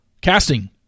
casting